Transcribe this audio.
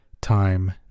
time